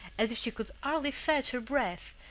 as if she could hardly fetch her breath,